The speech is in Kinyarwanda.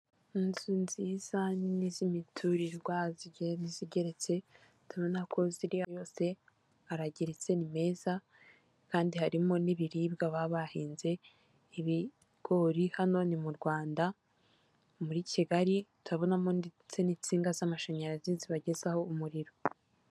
Inzu nziza nini z'imiturirwa zigiye zigeretse tubona ko yose aragereritse ni meza kandi harimo n'ibiribwa baba bahinze ibigori, hano ni mu Rwanda muri Kigali turabonamo ndetse n'insinga z'amashanyarazi zibagezaho umuriro.